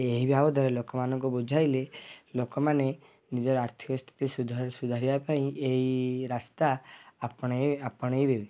ଏହି ବାବଦରେ ଲୋକମାନଙ୍କୁ ବୁଝାଇଲେ ଲୋକମାନେ ନିଜର ଆର୍ଥିକ ସ୍ଥିତି ସୁଧାରିବା ପାଇଁ ଏଇ ରାସ୍ତା ଆପଣାଇବେ